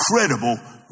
incredible